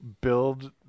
build